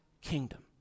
kingdom